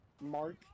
Mark